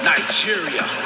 Nigeria